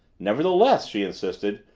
nevertheless, she insisted,